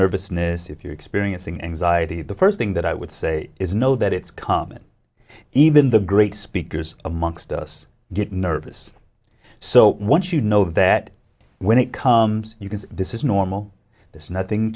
nervousness if you're as an anxiety the first thing that i would say is know that it's common even the great speakers amongst us get nervous so once you know that when it comes you can see this is normal there's nothing